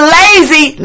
lazy